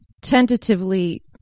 tentatively